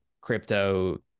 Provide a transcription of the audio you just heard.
crypto